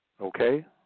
okay